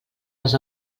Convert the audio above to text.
les